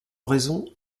raison